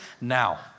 now